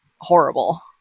horrible